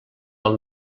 del